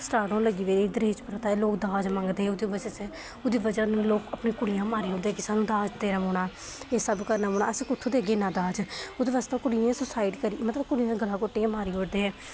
start होन गी पेई ही दहेज प्रथा च लोक दाज मंगदे ते बस उ'दी बजह् कन्नै लोक अपनियां कुड़ियां मारी ओड़दे हे कि साह्नूं दाज देना पौना एह् सब करना पौना अस कुत्थूं देना दाज मतलब कुड़ियें सुसाइड मतलब कुड़ियें दा गला घोटियै मारी ओड़दे रेह्